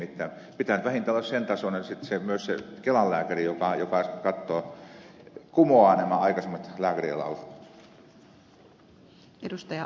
nimittäin pitää nyt vähintään olla sen tasoinen sitten myös se kelan lääkäri joka kumoaa nämä aikaisemmat lääkärinlausunnot